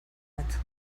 bat